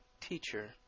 Teacher